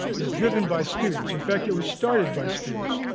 is driven by students. in fact, it was started by students.